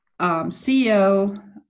CEO